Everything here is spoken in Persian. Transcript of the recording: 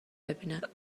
ببینن